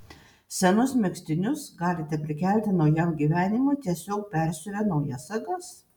senus megztinius galite prikelti naujam gyvenimui tiesiog persiuvę naujas sagas